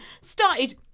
started